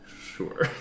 sure